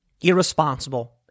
irresponsible